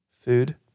food